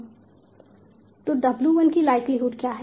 तो W1 की likelihood क्या है